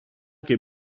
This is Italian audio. che